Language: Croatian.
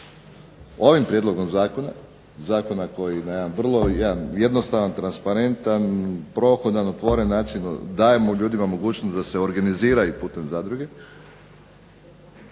ovim prijedlogom zakona, zakona koji na jedan vrlo jedan jednostavan, transparentan, prohodan, otvoren način dajemo mogućnost ljudima da se organiziraju putem zadruge,